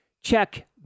Check